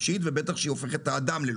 שבחלק מהכספומטים זה בכלל מוגבל ל-500